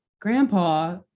grandpa